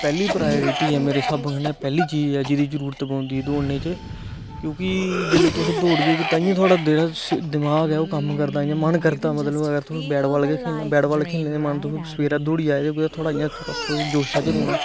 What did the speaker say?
पैहली प्राइरटी ऐ मेरे स्हाबें कन्नै पैहली चीज ऐ जेहड़ी जरुरत पौंदी ऐ दौड़ने च क्योकि जिसलै तपस दोडगै ताइयो थुआडा जेहडा दिमाग ऐ ओह् कम्म करदा इयां मन रदा मतलब अगर तुस वेटवाल गै खेलना वेटवाल खेलने दा मन तुस सवेरे दौड़ी आए दे होगे थोह्डा इयां जोशा च रौंहना